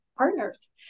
Partners